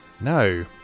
No